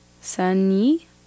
Sunny